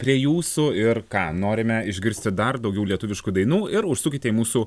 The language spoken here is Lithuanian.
prie jūsų ir ką norime išgirsti dar daugiau lietuviškų dainų ir užsukite į mūsų